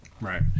Right